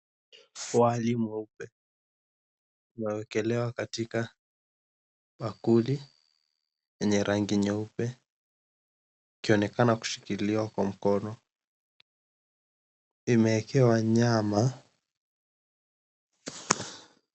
Wali mweupe umewekelewa katika bakuli yenye rangi nyeupe ukionekana kushikiliwa kwa mkono. Imeekewa nyama.